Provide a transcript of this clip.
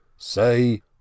Say